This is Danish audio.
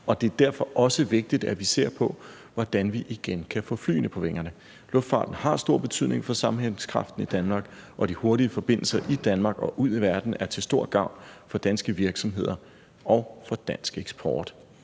og det er derfor også vigtigt, at vi ser på, hvordan vi igen kan få flyene på vingerne. Luftfarten har stor betydning for sammenhængskraften i Danmark, og de hurtige forbindelser i Danmark og ud i verden er til stor gavn for danske virksomheder og for dansk eksport.